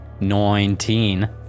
Nineteen